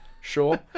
sure